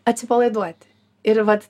atsipalaiduoti ir vat